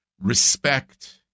respect